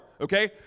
Okay